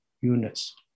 units